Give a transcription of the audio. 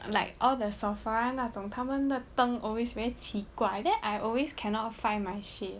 like all the Sephora 那种他们的灯 always very 奇怪 then I always cannot find my shade